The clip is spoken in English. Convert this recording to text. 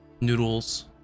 noodles